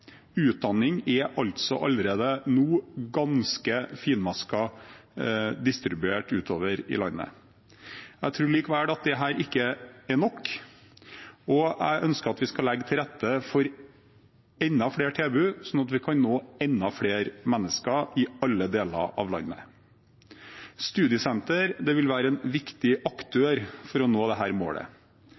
Utdanning er altså allerede nå ganske finmasket distribuert utover i landet. Jeg tror likevel at dette ikke er nok, og jeg ønsker at vi skal legge til rette for enda flere tilbud, slik at vi kan nå enda flere mennesker, i alle deler av landet. Studiesentre vil være en viktig aktør for å nå dette målet.